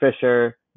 Fisher